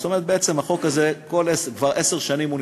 זאת אומרת, בעצם החוק הזה נדחה כבר עשר שנים.